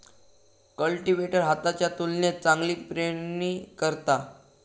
cultivator हाताच्या तुलनेत चांगली पेरणी करता